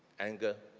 anger,